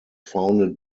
founded